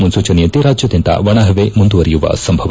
ಮುನೂಚನೆಯಂತೆ ರಾಜ್ಯಾದ್ಯಂತ ಒಣಹವೆ ಮುಂದುವರೆಯುವ ಸಂಭವ